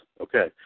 Okay